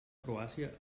croàcia